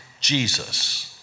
Jesus